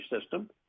system